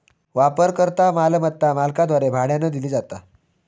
वापरकर्ता मालमत्ता मालकाद्वारे भाड्यानं दिली जाता